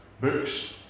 books